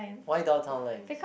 why Downtown Line